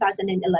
2011